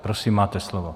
Prosím, máte slovo.